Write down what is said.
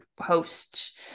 host